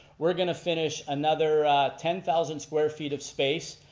we're going to finish another ten thousand square feet of space,